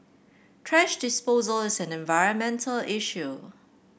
thrash disposal is an environmental issue